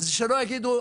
שלא יגידו,